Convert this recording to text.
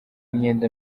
myenda